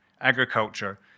Agriculture